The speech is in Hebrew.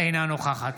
אינה נוכחת